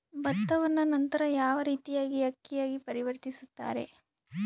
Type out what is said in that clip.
ಭತ್ತವನ್ನ ನಂತರ ಯಾವ ರೇತಿಯಾಗಿ ಅಕ್ಕಿಯಾಗಿ ಪರಿವರ್ತಿಸುತ್ತಾರೆ?